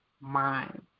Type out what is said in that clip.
mind